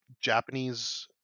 japanese